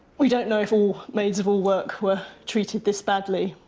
we don't know if all maids-of-all-work were treated this badly,